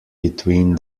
between